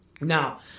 Now